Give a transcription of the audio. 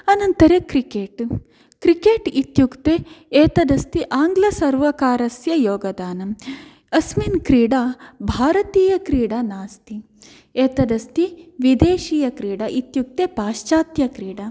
अनन्तरं cricket cricket इत्युक्ते एतदस्ति आङ्गलसर्वकारस्य योगदानम् अस्मिन् क्रीडा भारतीय क्रीडा नास्ति एतदस्ति विदेशीयक्रीडा इत्युक्ते पाश्चात्यक्रीडा